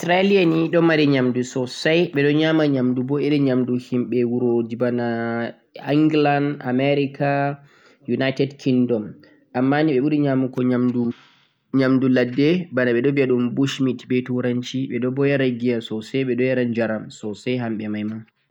Australia ni ɗo mari nyamdu sosai, ɓeɗo nyama nyamdu bo irin nyamdu himɓe wuroji bana England, America, United Kingdom, ammani ɓe ɓuri nyamugo nyamdu ladde bana ɓe ɗon viya ɗum bush meat be turanci, ɓe ɗo bo yara giya sosai, ɓe ɗo bo yara jaram sosai hamɓe mai ma.